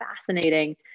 fascinating